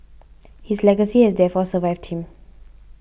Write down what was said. his legacy has therefore survived him